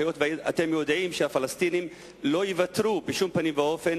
היות שאתם יודעים שהפלסטינים לא יוותרו בשום פנים ואופן